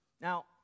Now